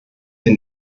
sie